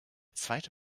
zweite